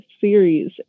series